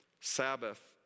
Sabbath